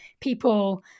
people